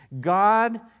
God